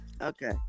Okay